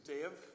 Dave